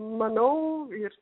manau ir